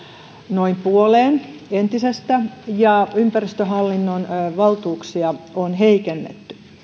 noin puoleen entisestä ja ympäristöhallinnon valtuuksia on heikennetty